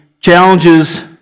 challenges